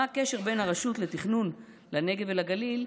מה הקשר בין הרשות לתכנון לנגב ולגליל?